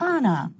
Anna